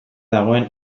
dagoen